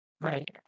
Right